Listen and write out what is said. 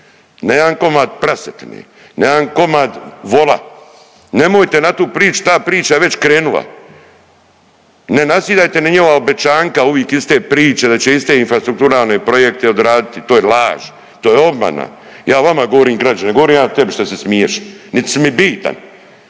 na jedan komad prasetine, na jedan komad vola. Nemojte na tu priču, ta priča je već krenula. Ne nasjedajte na njihova obećanjka uvik iste priče da će istre infrastrukturalne projekte odraditi. To je laž, to je obmana. Ja vama govorim građani, ne govorim ja tebi šta se smiješ, niti si mi bitan.